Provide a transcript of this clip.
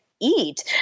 eat